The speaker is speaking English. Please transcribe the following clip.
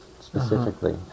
specifically